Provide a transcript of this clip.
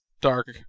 Dark